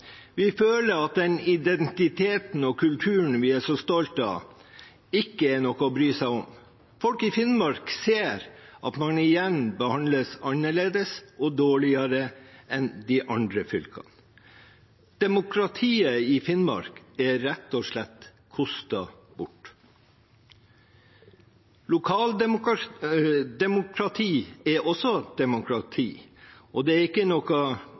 vi føler at den identiteten og kulturen vi er så stolte av, ikke er noe å bry seg om. Folk i Finnmark ser at man igjen behandles annerledes og dårligere enn de andre fylkene. Demokratiet i Finnmark er rett og slett kostet bort. Lokaldemokrati er også demokrati, og det er ikke noe